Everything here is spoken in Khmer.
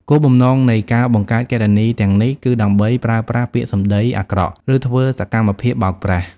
គោលបំណងនៃការបង្កើតគណនីទាំងនេះគឺដើម្បីប្រើប្រាស់ពាក្យសំដីអាក្រក់ ឬធ្វើសកម្មភាពបោកប្រាស់។